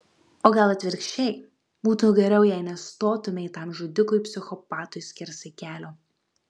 o gal atvirkščiai būtų geriau jei nestotumei tam žudikui psichopatui skersai kelio